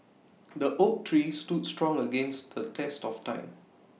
the oak tree stood strong against the test of time